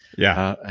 yeah.